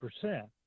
percent